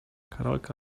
karolka